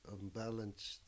unbalanced